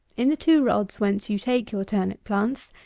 in the two rods, whence you take your turnip plants,